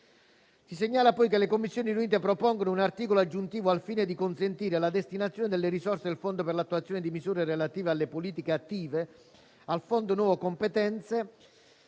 Si segnala poi che le Commissioni riunite propongono un articolo aggiuntivo al fine di consentire la destinazione delle risorse del Fondo per l'attuazione di misure relative alle politiche attive al Fondo nuove competenze,